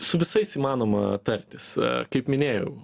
su visais įmanoma tartis kaip minėjau